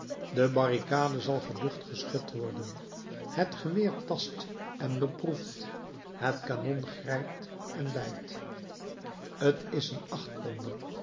de barricade zal geducht geschud worden het geweer tast en beproeft het kanon grijpt en bijt t is een achtponder